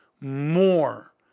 more